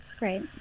right